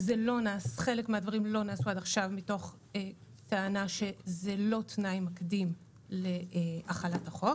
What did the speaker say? וחלק מהדברים לא נעשו עד עכשיו בטענה שזה לא תנאי מקדים להחלת החוק.